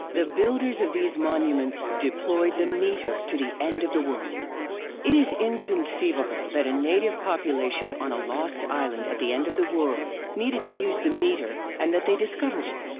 the builders of these monuments deployed the meter to the end of the world it is inconceivable that a native population on a lost island at the end of the world needed to use the meter and that they discovered it.